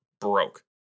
broke